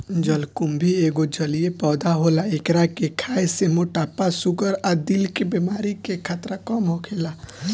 जलकुम्भी एगो जलीय पौधा होला एकरा के खाए से मोटापा, शुगर आ दिल के बेमारी के खतरा कम होखेला